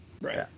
Right